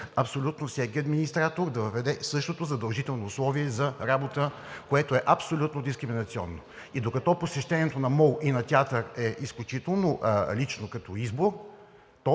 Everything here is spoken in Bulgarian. абсолютно всеки администратор да въведе същото задължително условие за работа, което е абсолютно дискриминационно. Докато посещението на мол и на театър е изключително лично като избор,